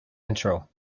intro